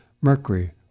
mercury